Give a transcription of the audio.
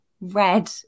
red